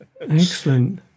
Excellent